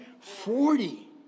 Forty